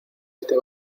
este